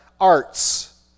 arts